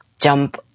jump